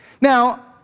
Now